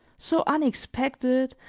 so unexpected,